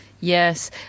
yes